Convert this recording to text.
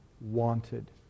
wanted